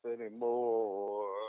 anymore